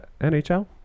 nhl